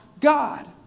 God